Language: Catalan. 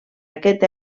aquest